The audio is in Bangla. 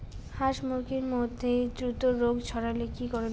হাস মুরগির মধ্যে দ্রুত রোগ ছড়ালে কি করণীয়?